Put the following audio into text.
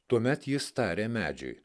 tuomet jis tarė medžiui